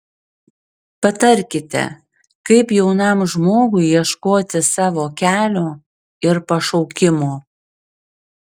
patarkite kaip jaunam žmogui ieškoti savo kelio ir pašaukimo